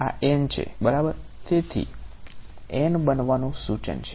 તેથી n બનાવવાનું સુચન છે